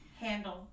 Handle